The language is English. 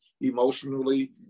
emotionally